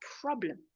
problem